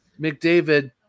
McDavid